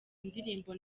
indirimbo